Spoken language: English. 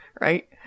right